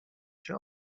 się